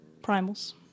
primals